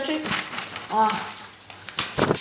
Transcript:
three ah